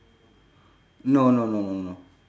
no no no no no